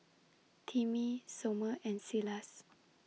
Timmy Somer and Silas